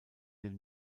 den